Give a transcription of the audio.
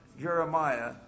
Jeremiah